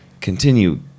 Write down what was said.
continue